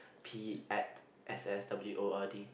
p_a_s_s_w_o_r_d